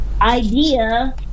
idea